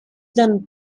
then